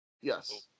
Yes